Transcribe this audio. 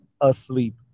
asleep